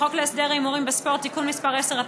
בחוק להסדר ההימורים בספורט (תיקון מס' 10),